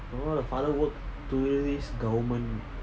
the father work government